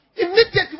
Immediately